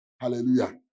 Hallelujah